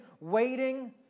waiting